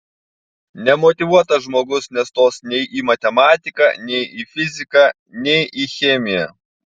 nemotyvuotas žmogus nestos nei į matematiką nei į fiziką nei į chemiją